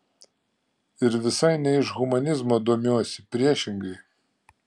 ir visai ne iš humanizmo domiuosi priešingai